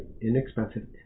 Inexpensive